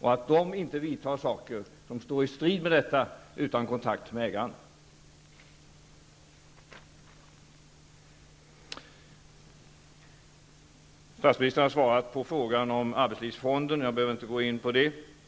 och inte vidtar åtgärder som står i strid med detta, utan kontakt med ägaren. Statsministern har svarat på frågan om arbetslivsfonden, och jag behöver inte gå in på den.